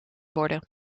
worden